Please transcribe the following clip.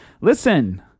Listen